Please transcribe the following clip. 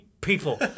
people